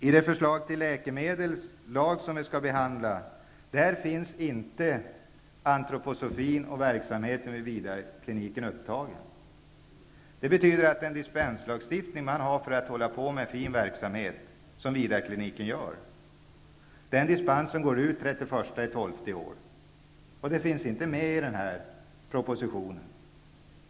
I det förslag till läkemedelslag som vi skall behandla finns inte antroposofin och verksamheten vid Vidarkliniken upptagen. Det betyder att dispensen för att hålla på med fin verksamhet -- vilket Detta finns inte med i propositionen.